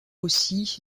aussi